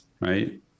right